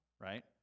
right